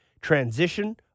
Transition